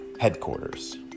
headquarters